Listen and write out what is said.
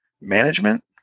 management